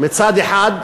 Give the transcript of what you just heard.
מצד אחד,